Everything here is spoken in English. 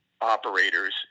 operators –